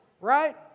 Right